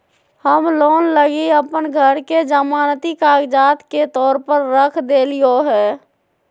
हम लोन लगी अप्पन घर के जमानती कागजात के तौर पर रख देलिओ हें